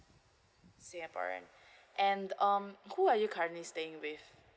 singaporean and um who are you currently staying with